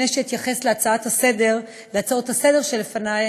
לפני שאתייחס להצעות לסדר-היום שלפני,